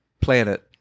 Planet